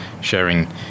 sharing